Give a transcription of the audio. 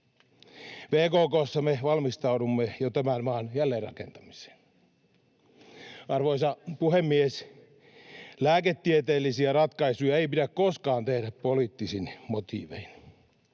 VKK:ssa me valmistaudumme jo tämän maan jälleenrakentamiseen. Arvoisa puhemies! Lääketieteellisiä ratkaisuja ei pidä koskaan tehdä poliittisin motiivein.